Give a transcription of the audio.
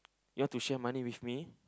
you want to share money with me